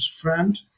friend